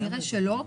כנראה שלא,